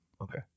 Okay